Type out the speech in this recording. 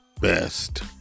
best